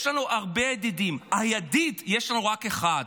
יש לנו הרבה ידידים, "הידיד" יש לנו רק אחד,